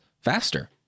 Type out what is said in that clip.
faster